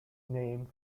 name